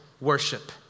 worship